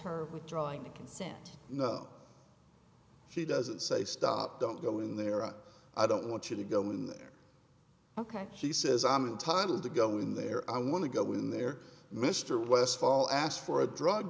her withdrawing the consent no she doesn't say stop don't go in there i don't want you to go in there ok she says i'm entitled to go in there i want to go in there mr westfall asked for a drug